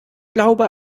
glaube